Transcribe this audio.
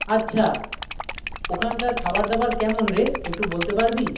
আচ্ছা ওখানকার খাবার দাবার কেমন রে একটু বলতে পারবি